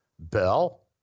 Bell